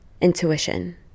intuition